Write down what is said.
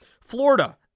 Florida